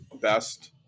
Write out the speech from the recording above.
best